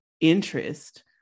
interest